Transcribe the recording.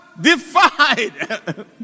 defied